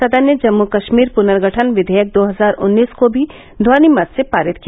सदन ने जम्म कश्मीर पुनर्गठन विधेयक दो हजार उन्नीस को भी ध्वनिमत से पारित किया